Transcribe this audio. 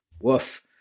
Woof